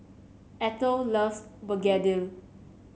Ethyl loves begedil